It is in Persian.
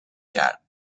کرد